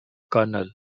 colonel